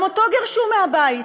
גם אותו גירשו מהבית,